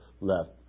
left